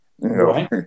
Right